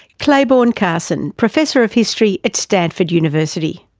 clayborne carson, professor of history at stanford university.